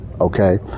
Okay